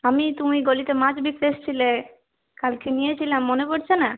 আমি তুমি গলিতে মাছ বিকতে এসছিলে কালকে নিয়েছিলাম মনে পড়ছে না